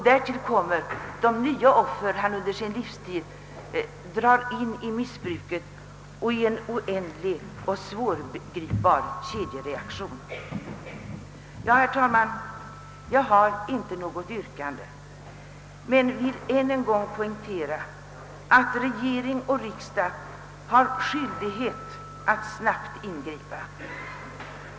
Därtill kommer också de nya offer han under sin livstid drar in i missbruket i en oändlig och svårgripbar kedjereaktion. Herr talman! Jag har inte något annat yrkande än utskottets men vill än en gång poängtera att regering och riksdag har skyldighet att snabbt ingripa på detta område.